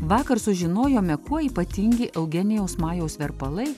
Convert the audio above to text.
vakar sužinojome kuo ypatingi eugenijaus majaus verpalai